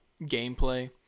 gameplay